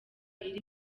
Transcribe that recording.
iri